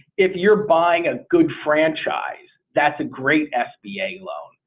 if you're buying a good franchise that's a great sba loan.